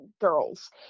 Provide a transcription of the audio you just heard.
girls